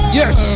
yes